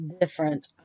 different